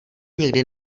nikdy